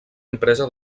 empresa